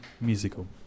musical